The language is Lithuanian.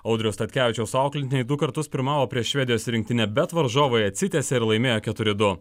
audriaus statkevičiaus auklėtiniai du kartus pirmavo prieš švedijos rinktinę bet varžovai atsitiesė ir laimėjo keturi du